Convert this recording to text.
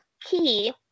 key